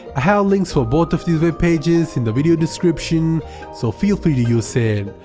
have links for both of these web pages in the video description so feel free to use it.